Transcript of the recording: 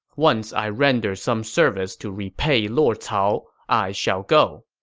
once i render some service to repay lord cao, i shall go.